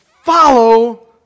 follow